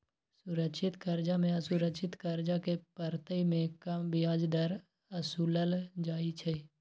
सुरक्षित करजा में असुरक्षित करजा के परतर में कम ब्याज दर असुलल जाइ छइ